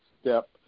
step